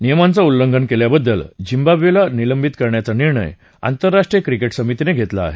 नियमांचं उल्लंघन केल्याबद्दल झिम्बाव्वेला निलंबित करण्याचा निर्णय आतंरराष्ट्रीय क्रिकेट समितीनं घेतला आहे